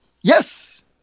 Yes